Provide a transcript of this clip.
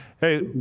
Hey